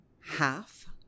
half